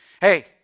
Hey